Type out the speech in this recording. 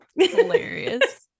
Hilarious